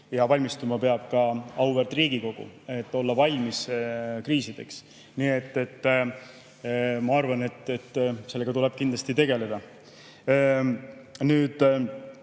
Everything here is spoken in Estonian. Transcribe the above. Ja valmistuma peab ka auväärt Riigikogu, et olla valmis kriisideks. Nii et ma arvan, et sellega tuleb kindlasti tegeleda. Nüüd,